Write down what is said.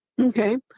Okay